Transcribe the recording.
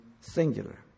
singular